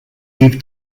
eve